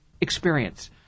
experience